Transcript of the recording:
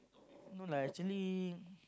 no lah actually